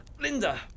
Linda